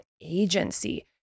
agency